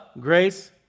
grace